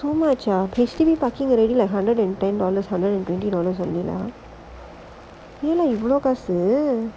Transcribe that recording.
so much ah our H_D_B parking already like hundred and ten dollars hundred and twenty dollars only lah ya lah இவ்ளோ காசு:ivlo kaasu